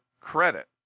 credit